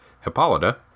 Hippolyta